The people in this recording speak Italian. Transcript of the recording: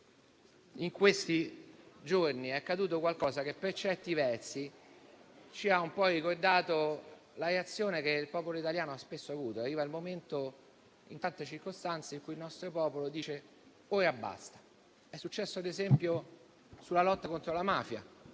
in questi giorni è accaduto qualcosa che per certi versi ci ha ricordato la reazione che il popolo italiano ha spesso avuto. Arriva il momento, in tante circostanze, in cui il nostro popolo dice "ora basta". È successo, ad esempio, per la lotta contro la mafia: